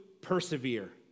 persevere